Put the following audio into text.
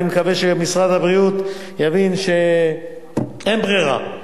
אני מקווה שמשרד הבריאות יבין שאין ברירה.